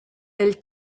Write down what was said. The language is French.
elle